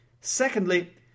Secondly